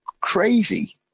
crazy